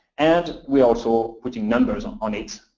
and we're also putting numbers on on it,